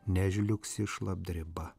nežliugsi šlapdriba